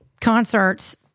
concerts